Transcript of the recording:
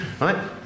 right